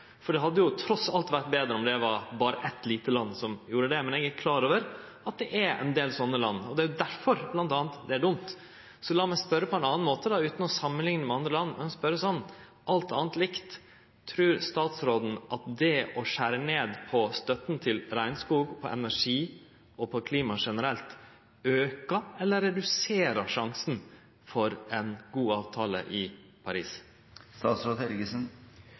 for det hadde trass alt vore betre om det berre var eit lite land som gjorde det, men eg er klar over at det er ein del sånne land, og det er derfor bl.a. det er dumt. Så lat meg spørje på ein annan måte, og utan å samanlike med andre land – lat meg spørje sånn: Alt anna likt, trur statsråden at det å skjere ned på støtta til regnskog, energi og klima generelt aukar eller reduserer sjansen for ein god avtale i Paris?